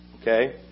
okay